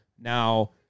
Now